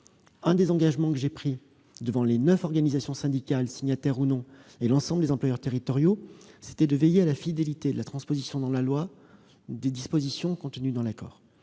Un des engagements que j'ai pris devant les neuf organisations syndicales signataires ou non et l'ensemble des employeurs territoriaux était de veiller à la fidélité de la transposition dans la loi des dispositions contenues dans l'accord.